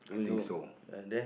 I think so